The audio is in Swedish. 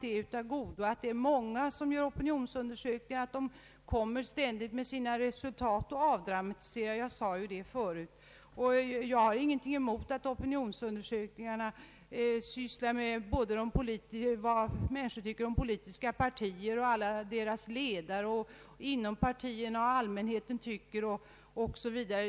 Som jag redan sagt tycker jag att det är av godo att många gör opinionsundersökningar, ständigt framlägger sina resultat, detta avdramatiserar det hela. Jag har ingenting emot att opinionsundersökningar företas om vad människor tycker om bland annat politiska partier, deras ledare o.s.v.